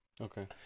Okay